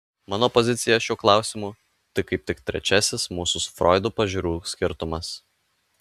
mano pozicija šiuo klausimu tai kaip tik trečiasis mūsų su froidu pažiūrų skirtumas